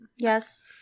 Yes